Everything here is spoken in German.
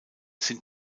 sind